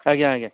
ଆଜ୍ଞା ଆଜ୍ଞା